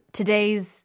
today's